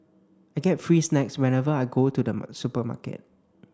I get free snacks whenever I go to the supermarket